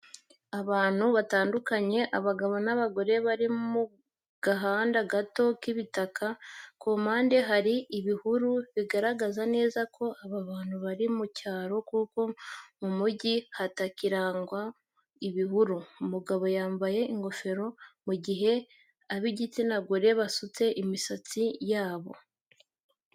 Abantu batandukanye abagabo n'abagore bari mu gahanda gato k'ibitaka. Ku mpande hari ibihuru bigaragaza neza ko aba bantu bari mu cyaro kuko mu mujyi hatakirangwa ibihuru. Umugabo yambaye ingofero mu gihe ab'igitsina gore basutse imisatsi yabo.